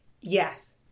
Yes